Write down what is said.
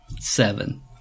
Seven